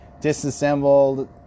disassembled